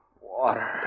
Water